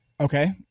Okay